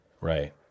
right